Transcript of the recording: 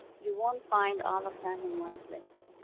you won't find all of them in one place.